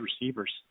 receivers